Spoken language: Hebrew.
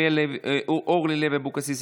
אורלי לוי אבקסיס,